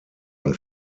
und